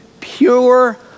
Pure